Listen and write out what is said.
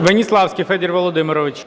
Веніславський Федір Володимирович.